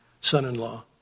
son-in-law